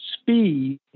speed